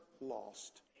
lost